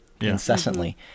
incessantly